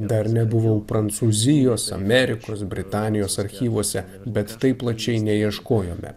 dar nebuvau prancūzijos amerikos britanijos archyvuose bet taip plačiai neieškojome